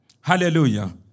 Hallelujah